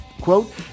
Quote